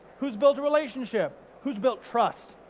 who's built a relationship? who's built trust?